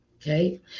Okay